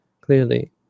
clearly